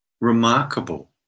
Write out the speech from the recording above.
remarkable